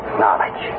knowledge